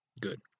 Good